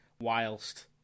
whilst –